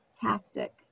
tactic